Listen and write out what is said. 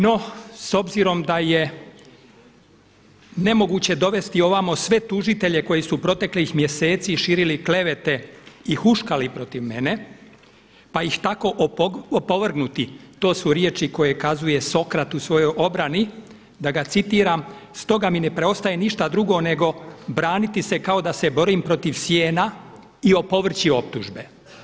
No, s obzirom da je nemoguće dovesti ovako sve tužitelje koji su proteklih mjeseci širili klevete i huškali protiv mene pa ih tako opovrgnuti to su riječi koje kazuje Sokrat u svojoj obrani, da ga citiram „Stoga mi ne preostaje ništa drugo nego braniti se kao da se borim protiv sijena i opovrći optužbe“